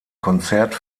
konzert